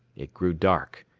it grew dark.